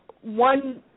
one